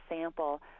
sample